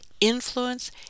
influence